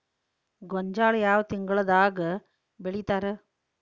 ಗೋಂಜಾಳ ಯಾವ ತಿಂಗಳದಾಗ್ ಬೆಳಿತಾರ?